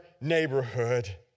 neighborhood